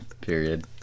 period